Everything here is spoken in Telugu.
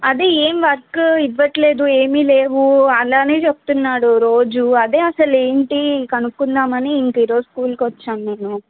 అదే ఏం వర్క్ ఇవ్వట్లేదు ఏమీ లేవు అలా అనే చెప్తున్నాడు రోజూ అదే అసలు ఏంటి కనుక్కుందామని ఇంక ఈ రోజు స్కూల్కి వచ్చాను నేను